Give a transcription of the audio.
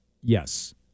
Yes